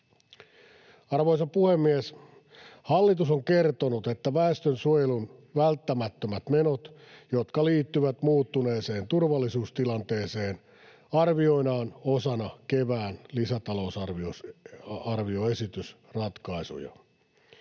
Arvoisa puhemies! Hallitus on kertonut, että väestönsuojelun välttämättömät menot, jotka liittyvät muuttuneeseen turvallisuustilanteeseen, arvioidaan osana kevään lisätalousarvioesitysratkaisuja.